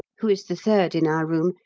who is the third in our room,